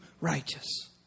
righteous